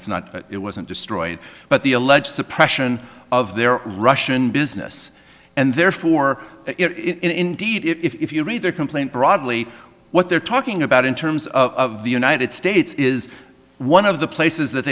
it's not that it wasn't destroyed but the alleged suppression of their russian business and therefore it indeed if you read their complaint broadly what they're talking about in terms of the united states is one of the places that